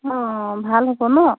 অঁ অঁ ভাল হ'ব ন